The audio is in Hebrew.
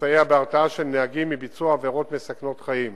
ויסייע בהרתעה של נהגים מביצוע עבירות מסכנות חיים.